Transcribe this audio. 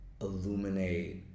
illuminate